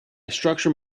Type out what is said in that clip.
structure